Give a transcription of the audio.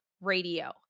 radio